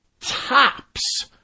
tops